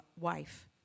wife